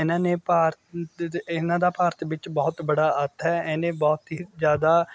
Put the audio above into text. ਇਹਨਾਂ ਨੇ ਭਾਰਤ ਇਹਨਾਂ ਦਾ ਭਾਰਤ ਵਿੱਚ ਬਹੁਤ ਬੜਾ ਹੱਥ ਹੈ ਇਹਨੇ ਬਹੁਤ ਹੀ ਜ਼ਿਆਦਾ